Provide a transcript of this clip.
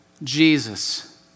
Jesus